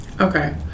Okay